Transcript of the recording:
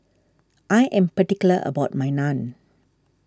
I am particular about my Naan